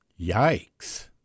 yikes